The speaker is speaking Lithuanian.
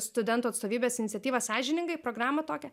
studentų atstovybės iniciatyva sąžiningai programą tokią